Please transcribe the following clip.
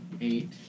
Eight